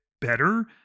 better